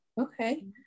Okay